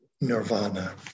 nirvana